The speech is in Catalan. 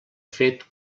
fet